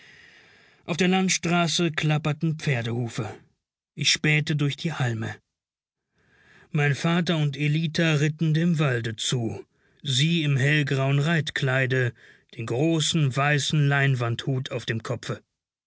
auf der landstraße klapperten pferdehufe ich spähte durch die halme mein vater und ellita ritten dem walde zu sie im hellgrauen reitkleide den großen weißen leinwandhut auf dem kopfe